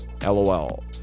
LOL